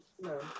No